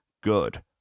Good